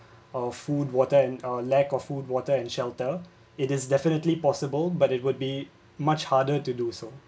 or food water and a lack of food water and shelter it is definitely possible but it would be much harder to do so